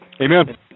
Amen